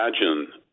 imagine